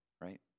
right